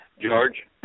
George